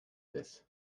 this